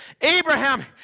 Abraham